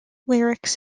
lyrics